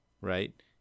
right